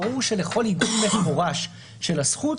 -- ברור שכל עיגון מפורש של הזכות,